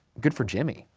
good for jimmy.